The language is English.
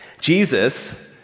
Jesus